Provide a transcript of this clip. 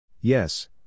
Yes